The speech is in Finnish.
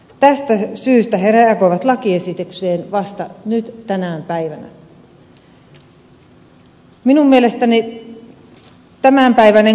tästä syystä he reagoivat lakiesitykseen vasta nyt tänä päivänä